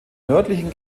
nördlichen